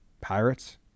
Pirates